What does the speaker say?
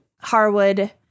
Harwood